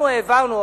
אנחנו העברנו,